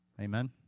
Amen